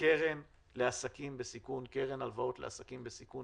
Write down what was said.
קרן לעסקים בסיכון, קרן הלוואות לעסקים בסיכון.